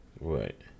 right